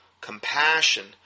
compassion